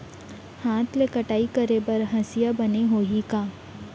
हाथ ले कटाई करे बर हसिया बने होही का?